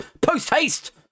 Post-haste